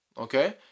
okay